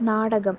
നാടകം